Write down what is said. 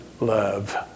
love